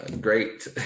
great